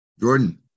Jordan